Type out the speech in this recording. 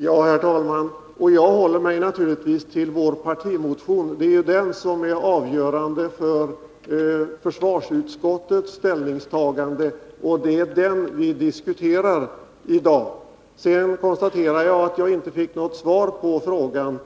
Herr talman! Jag håller mig naturligtvis till vår partimotion. Det är den som är avgörande för försvarsutskottets ställningstagande, och det är den vi diskuterar i dag. Sedan konstaterar jag att jag inte fick något konkret svar på frågan